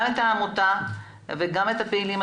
אני מזמינה גם את העמותה וגם את הפעילים,